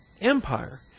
empire